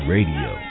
Radio